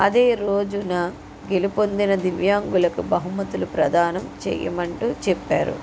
అదేరోజున గెలుపొందిన దివ్యాంగులకు బహుమతులు ప్రధానం చేయమంటూ చెప్పారు